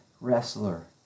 wrestler